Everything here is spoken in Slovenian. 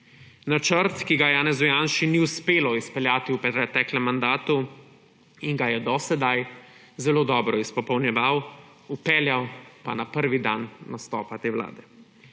Načrt, ki ga Janezu Janši ni uspelo izpeljati v preteklem mandatu in ga je do sedaj zelo dobro izpopolnjeval, vpeljal pa na prvi dan nastopa te vlade.